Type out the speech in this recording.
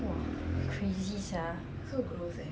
if you sign on you cannot be officer